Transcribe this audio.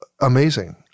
amazing